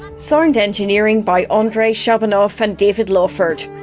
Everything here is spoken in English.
so and engineering by ah andrei shabunov and david lawford,